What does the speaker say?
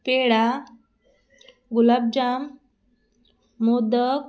peda gulabjam modak